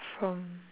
from